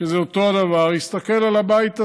שזה אותו הדבר, שיסתכל על הבית הזה.